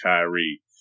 Kyrie